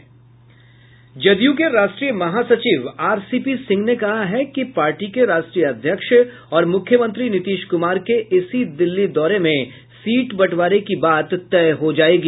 जदयू के राष्ट्रीय महासचिव आरसीपी सिंह ने कहा है कि पार्टी के राष्ट्रीय अध्यक्ष और मुख्यमंत्री नीतीश कुमार के इसी दिल्ली दौरे में सीट बंटवारे की बात तय हो जायेगी